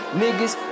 niggas